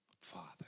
Father